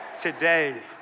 today